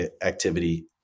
activity